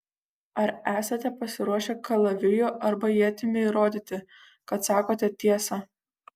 ar esate pasiruošę kalaviju arba ietimi įrodyti kad sakote tiesą